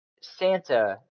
Santa